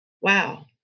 wow